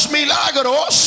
milagros